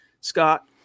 Scott